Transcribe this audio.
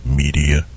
media